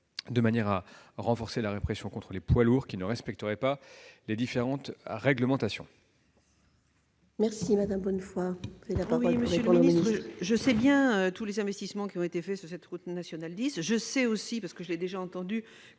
de manière à renforcer la répression contre les poids lourds qui ne respecteraient pas les différentes réglementations. La parole est